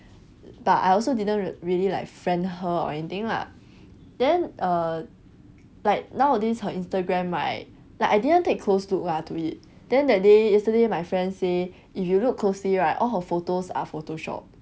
but I also didn't really like friend her or anything lah then err like nowadays her instagram right like I didn't take close look ah to it then that day yesterday my friend say if you look closely right all her photos are photoshop